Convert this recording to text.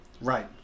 Right